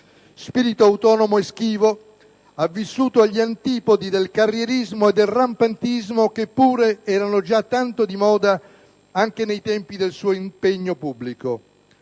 spirito autonomo e schivo, ha vissuto agli antipodi del carrierismo e del rampantismo che pure erano già tanto di moda anche nei tempi del suo impegno pubblico.